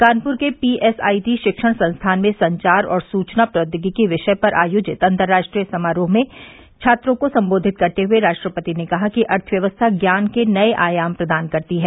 कानपूर के पीएसआईटी शिक्षण संस्थान में संचार और सूचना प्रौद्योगिकी वि ाय पर आयोजित अतरा ट्रीय समारोह में छात्रों को संबोधित करते हुए रा ट्रपति ने कहा कि अर्थव्यवस्था ज्ञान के नये आयाम प्रदान करती है